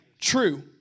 True